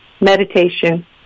meditation